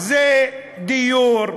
זה דיור,